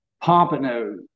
pompano